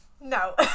No